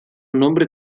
nombre